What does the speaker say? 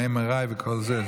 מה-MRI וכל זה,